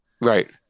Right